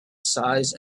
size